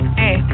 hey